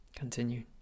Continue